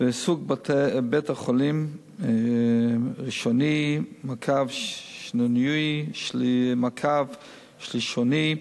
וסוג בית-החולים, ראשוני, שניוני, שלישוני.